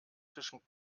zwischen